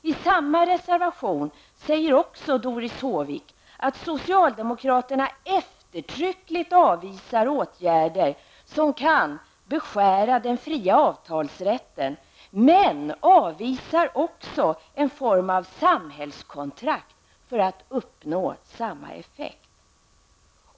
I samma reservation säger också Doris Håvik att socialdemokraterna eftertryckligt avvisar åtgärder som kan beskära den fria avtalsrätten, men hon avvisar också en form av samhällskontrakt för att uppnå samma effekt.